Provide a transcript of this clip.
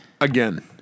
Again